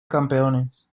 campeones